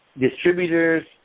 distributors